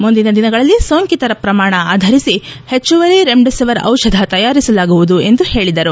ಮುಂದಿನ ದಿನಗಳಲ್ಲಿ ಸೋಂಕಿತರ ಪ್ರಮಾಣ ಆಧರಿಸಿ ಹೆಚ್ಚುವರಿ ರೆಮ್ಡಿಸಿವಿರ್ ದಿಷಧಿ ತರಿಸಲಾಗುವುದು ಎಂದು ಹೇಳಿದರು